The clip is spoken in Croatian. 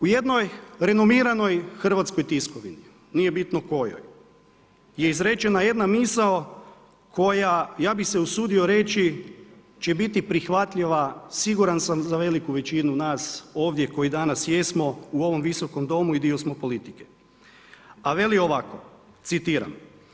U jednoj renovirani hrvatskoj tiskovini, nije bitnoj kojoj, je izrečena jedna misao, koja, ja bi se usudio reći, će biti prihvatljiva, siguran sam za veliku većinu nas, ovdje koji danas jesmo u ovom Visokom domu i dio smo politike, a veli, ovako, citiram.